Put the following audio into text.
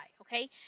okay